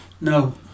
No